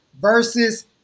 versus